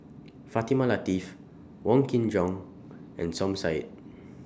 Fatimah Lateef Wong Kin Jong and Som Said